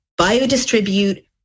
biodistribute